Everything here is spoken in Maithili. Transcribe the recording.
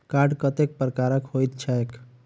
कार्ड कतेक प्रकारक होइत छैक?